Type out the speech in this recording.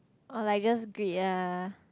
or like just greet ah